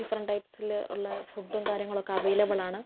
different ടൈപ്സിൽ ഉള്ള ഫുഡും കാര്യങ്ങളൊക്കെ അവൈലബിളാണ്